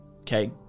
okay